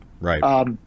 Right